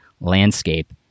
landscape